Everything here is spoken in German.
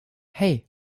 hei